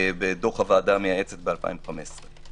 בדוח הוועדה המייעצת ב-2015.